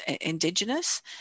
Indigenous